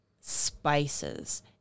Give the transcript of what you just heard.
spices